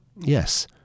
yes